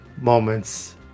moments